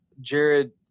Jared